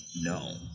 no